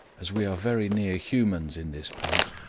as we are very near humans in this part.